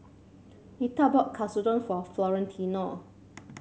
Nita bought Katsudon for Florentino